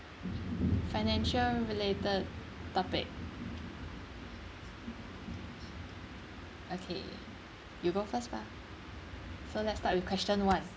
financial-related topic okay you go first bah so let's start with question one